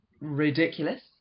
ridiculous